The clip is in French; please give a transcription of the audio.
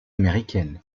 américaine